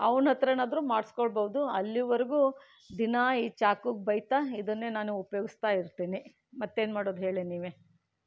ಅವನತ್ರನಾದರೂ ಮಾಡಿಸ್ಕೊಳ್ಬೋದು ಅಲ್ಲಿವರೆಗೂ ದಿನ ಈ ಚಾಕುಗೆ ಬೈತಾ ಇದನ್ನೇ ನಾನು ಉಪಯೋಗಿಸ್ತಾ ಇರ್ತೀನಿ ಮತ್ತೇನು ಮಾಡೋದು ಹೇಳಿ ನೀವೆ